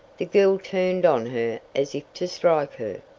the girl turned on her as if to strike her.